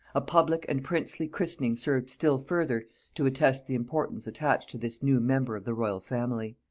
a public and princely christening served still further to attest the importance attached to this new member of the royal family.